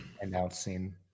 announcing